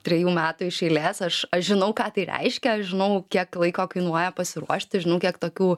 trejų metų iš eilės aš aš žinau ką tai reiškia aš žinau kiek laiko kainuoja pasiruošti žinau kiek tokių